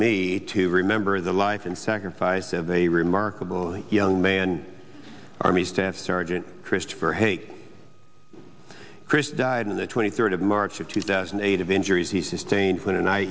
me to remember the life and sacrifice of a remarkable young man army staff sergeant christopher hate chris died in the twenty third of march of two thousand and eight of injuries he sustained when an i